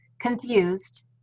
confused